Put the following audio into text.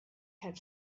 have